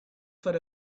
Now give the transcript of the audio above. for